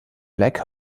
black